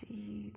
See